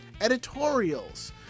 editorials